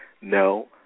No